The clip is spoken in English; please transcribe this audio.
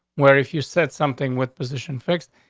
where if you said something with position fixed,